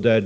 följande.